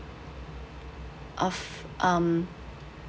of um